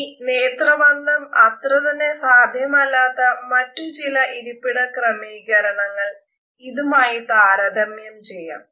ഇനി നേത്രബന്ധം അത്ര തന്നെ സാധ്യമല്ലാത്ത മറ്റു ചില ഇരിപ്പിട ക്രമീകരണങ്ങൾ ഇതുമായി താരതമ്യം ചെയ്യാം